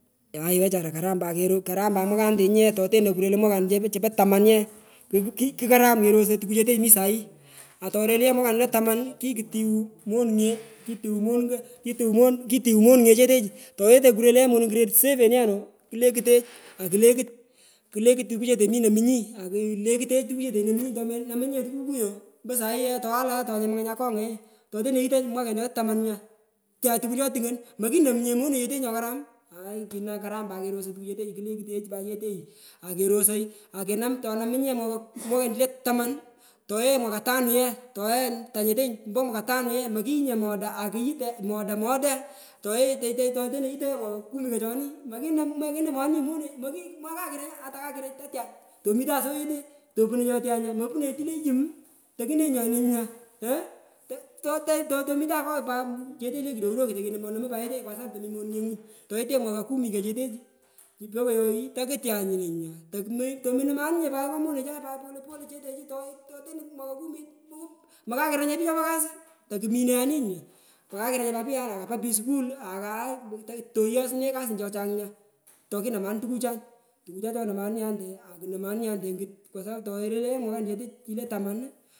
Aay wechara karam pat koro karam pat mwakanetenyu ye toteno tokureloi mwakan chupo tamanu ye kukaram kerosoi tukuchetechu mi sahi atorel ye mwakanu po taman kikutiwa monunge kitiwu montakitiwu monunge chetechu towetoi kureloi ye monung grade sepen yeno kule kutech, akulekut takuchete minomunyi akulekutech tokuchete nomunyi tomenamu nyi nye tukuku nyu mpo sahi ye twachu akonga ken toteno yitoy mwaken taman chole taman nya twa tukun chotu ngon mokinomunye monechete nyokaram aay nyokaram aay nyokaram pat kerosoi tukuchetechu kulekutech pat yeteyi akerosoi akinam tonamunyinye mwakenichu le taman tole mwaka tano ye nyetenyu ombo mwaka tano ye mokiyu nye teta moda tote toteno ye yitoi mwaka kumi choni mokinam mokinomwanunye monung moki atakakurel tatiaa tomitanso so yetee topuno yotwa nya mopunonye tini yum tokune nyu ani nya eeh totoo totomitu nyo chete le kidogo kidogo tokenomo nomo pat yeteyi kwa sapapu tomi monunge ngwun toyitye mwaka kumi tochetechu chupo koyoyi tokutya nenyunya, tome tokunomanunye pat ngo monecha pat pole pole chetechu yo toteno mwaka kumi mo mokokiranye pich chopo kosu tokumi nenyu ani mokakiranye pat pich apa pich sukul aka aay toighane kasin chochang nya tokinamanu tukucha tukucha chonomanye ante akunomanu ante onkut kwa sapapu toreloyo mwakanishete chini le tamanu.